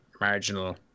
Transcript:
marginal